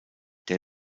der